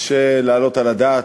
קשה להעלות על הדעת,